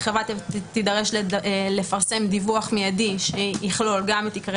החברה תידרש לפרסם דיווח מידי שיכלול גם את עיקרי